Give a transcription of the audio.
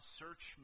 search